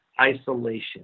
isolation